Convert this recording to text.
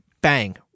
bang